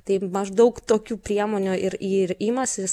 tai maždaug tokių priemonių ir ir imasis